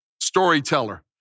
storyteller